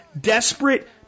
desperate